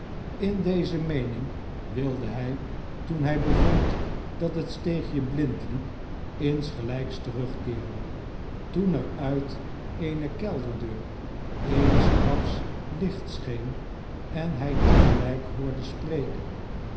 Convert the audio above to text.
in deze meening wilde hij toen hij bevond dat het steegje blind liep insgelijks terugkeeren toen er uit eene kelderdeur eensklaps licht scheen en hij te gelijk hoorde spreken